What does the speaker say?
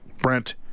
Brent